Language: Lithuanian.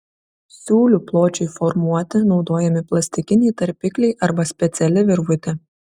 siūlių pločiui formuoti naudojami plastikiniai tarpikliai arba speciali virvutė